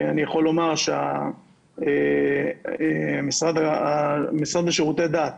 אני יכול לומר שהמשרד לשירותי דת,